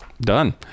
Done